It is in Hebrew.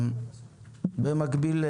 במקביל,